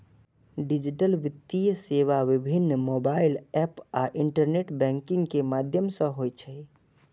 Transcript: digital वित्तीय सेवा विभिन्न मोबाइल एप आ इंटरनेट बैंकिंग के माध्यम सं होइ छै